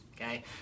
okay